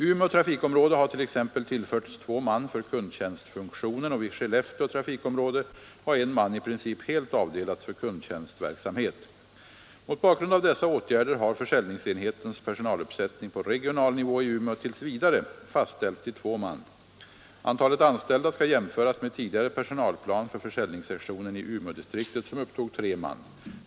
Umeå trafikområde har t.ex. tillförts två man för kundtjänstfunktionen, och vid Skellefteå trafikområde har en man i princip helt Mot bakgrund av dessa åtgärder har försäljningsenhetens personaluppsättning på regional nivå i Umeå tills vidare fastställts till två man. Antalet anställda skall jämföras med tidigare personalplan för försäljningssektionen i Umeådistriktet som upptog tre man.